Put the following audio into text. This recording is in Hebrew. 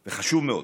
זה חשוב מאוד.